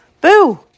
Boo